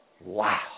wow